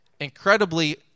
incredibly